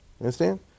understand